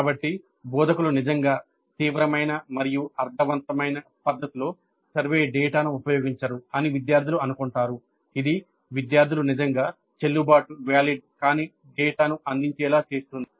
కాబట్టి బోధకులు నిజంగా తీవ్రమైన మరియు అర్ధవంతమైన పద్ధతిలో సర్వే డేటాను ఉపయోగించరు అని విద్యార్థులు అనుకుంటారు ఇది విద్యార్థులు నిజంగా చెల్లుబాటు కాని డేటాను అందించేలా చేస్తుంది